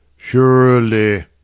Surely